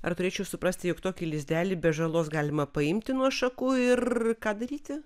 ar turėčiau suprasti jog tokį lizdelį be žalos galima paimti nuo šakų ir ką daryti